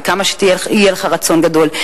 וכמה שיהיה לך רצון גדול,